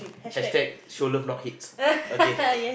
hashtag show love not hates okay